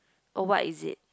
oh what is it